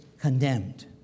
condemned